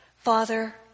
Father